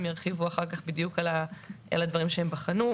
הם ירחיבו אחר כך בדיוק על הדברים שהם בחנו.